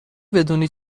بدونی